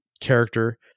character